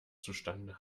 zustande